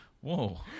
Whoa